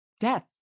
death